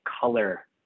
color